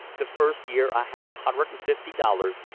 the first year i had a hundred and fifty dollars,